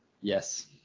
yes